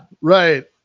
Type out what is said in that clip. right